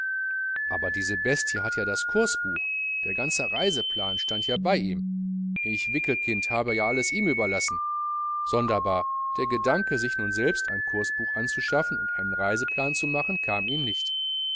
aber diese bestie hat ja das kursbuch der ganze reiseplan stand ja bei ihm ich wickelkind habe ihm ja alles überlassen sonderbar der gedanke sich nun selbst ein kursbuch anzuschaffen und einen reiseplan zu machen kam ihm nicht